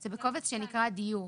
זה בקובץ שנקרא דיור.